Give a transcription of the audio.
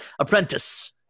apprentice